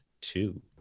two